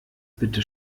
bitte